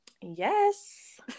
Yes